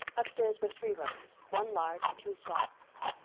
upstairs were three rooms, one large and two small.